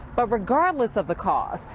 but regardless of the cause,